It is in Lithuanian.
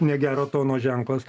negero tono ženklas